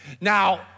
Now